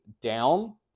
down